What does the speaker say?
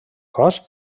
cos